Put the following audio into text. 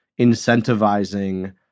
incentivizing